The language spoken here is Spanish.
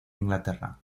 inglaterra